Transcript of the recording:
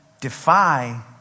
defy